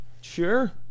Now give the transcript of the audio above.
Sure